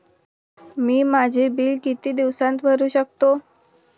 मी माझे बिल किती दिवसांत भरू शकतो?